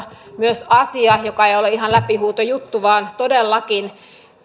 myös asia joka ei ole ihan läpihuutojuttu vaan todellakin